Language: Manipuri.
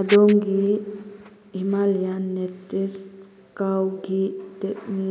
ꯑꯗꯣꯝꯒꯤ ꯍꯤꯃꯥꯂꯤꯌꯥꯟ ꯅꯦꯇꯤꯞꯁ ꯀꯥꯎ ꯘꯤ ꯇꯦꯠꯂꯤ